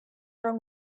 wrong